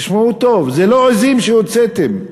תשמעו טוב: זה לא עזים שהוצאתם.